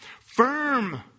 firm